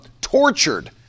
tortured